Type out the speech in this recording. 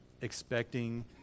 expecting